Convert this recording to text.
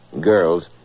Girls